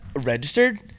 registered